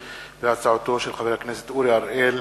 הצעתו של חבר הכנסת אורי אריאל,